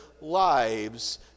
lives